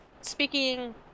speaking